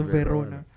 Verona